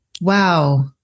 Wow